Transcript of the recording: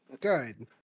Good